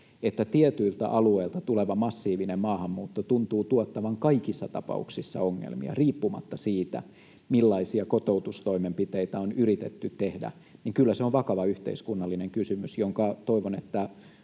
että tietyiltä alueilta tuleva massiivinen maahanmuutto tuntuu tuottavan kaikissa tapauksissa ongelmia riippumatta siitä, millaisia kotoutustoimenpiteitä on yritetty tehdä, niin kyllä se on vakava yhteiskunnallinen kysymys, jonka toivon